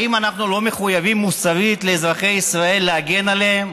האם אנחנו לא מחויבים מוסרית לאזרחי ישראל להגן עליהם?